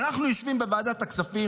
אנחנו יושבים בוועדת הכספים,